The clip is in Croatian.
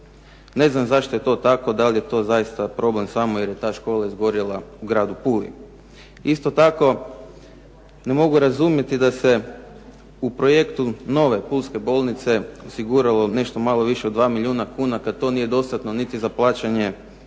Ne znam zašto je to tako, da li je to zaista problem jer je ta škola izgorjela u gradu Puli. Isto tako ne mogu razumiti da se u projektu nove Pulske bolnice osiguralo nešto više od 2 milijuna kuna, kada to nije dostatno niti za plaćanje PDV-a na